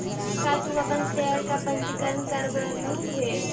का तू अपन शेयर का पंजीकरण करवलु हे